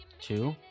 Two